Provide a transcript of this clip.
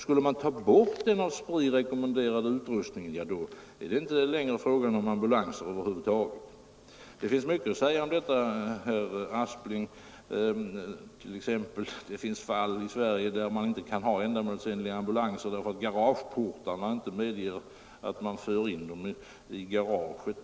Skulle man ta bort den av SPRI rekommenderade utrustningen är det inte längre fråga om ambulanser över huvud taget. Det finns mycket att säga om detta, herr Aspling. Det förekommer t.ex. fall i Sverige där man inte kan ha ändamålsenliga ambulanser därför att garageportarna inte medger att de körs in i garaget.